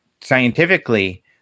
scientifically